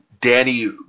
Danny